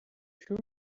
sure